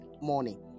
morning